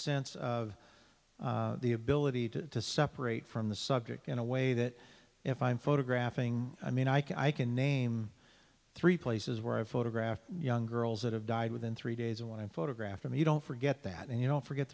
sense of the ability to separate from the subject in a way that if i'm photographing i mean i can name three places where i photograph young girls that have died within three days and when i photograph them you don't forget that and you don't forget